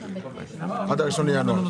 לרשות להלבנת הון,